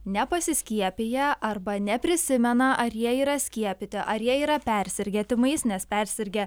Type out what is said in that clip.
nepasiskiepiję arba neprisimena ar jie yra skiepyti ar jie yra persirgę tymais nes persirgę